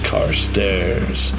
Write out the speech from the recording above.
Carstairs